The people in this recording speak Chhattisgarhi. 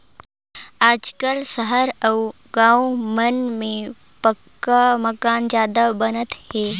आजकाल सहर अउ गाँव मन में पक्का मकान जादा बनात हे